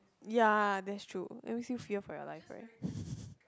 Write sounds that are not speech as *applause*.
ya that's true let me think fear for your life right *breath*